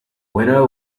winner